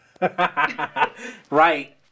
right